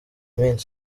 minsi